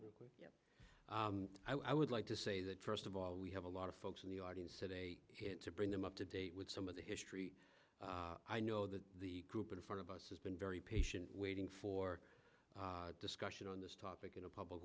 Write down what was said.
sport i would like to say that first of all we have a lot of folks in the audience today it to bring them up to date with some of the history i know that the group in front of us has been very patient waiting for discussion on this topic in a public